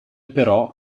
però